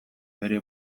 bere